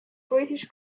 british